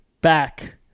back